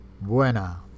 Buena